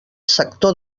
sector